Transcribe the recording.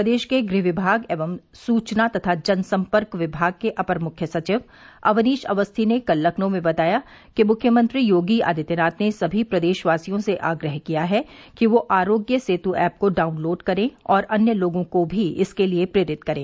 प्रदेश के गृह विभाग एवं सुचना तथा जनसंपर्क विभाग के अपर मुख्य सचिव अवनीश अवस्थी ने कल लखनऊ में बताया कि मुख्यमंत्री योगी आदित्यनाथ ने समी प्रदेशवासियों से आग्रह किया है कि वे आरोग्य सेतु ऐप को डाउनलोड करें और अन्य लोगों को भी इसके लिए प्रेरित करें